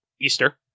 Easter